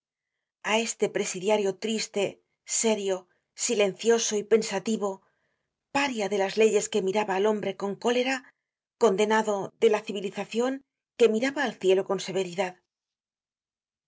á este presidiario triste serio silencioso y pensativo paria de las leyes que miraba al hombre con cólera condenado de la civilizacion que miraba al cielo con severidad cierto y